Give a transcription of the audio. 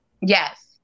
Yes